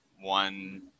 one